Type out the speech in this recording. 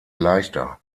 leichter